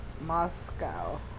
Moscow